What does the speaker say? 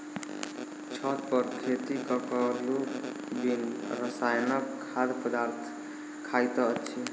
छत पर खेती क क लोक बिन रसायनक खाद्य पदार्थ खाइत अछि